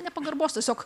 ne pagarbos tiesiog